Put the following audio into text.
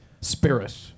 spirit